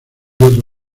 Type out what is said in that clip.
otro